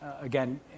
again